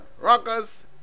rockers